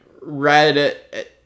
Red